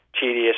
tedious